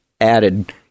added